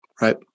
Right